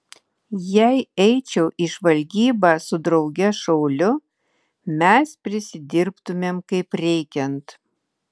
jei eičiau į žvalgybą su drauge šauliu mes prisidirbtumėm kaip reikiant